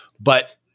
But-